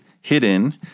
hidden